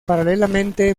paralelamente